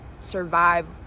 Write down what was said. survive